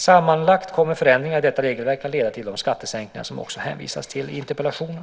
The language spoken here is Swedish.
Sammanlagt kommer förändringarna i detta regelverk att leda till de skattesänkningar som det också hänvisas till i interpellationen.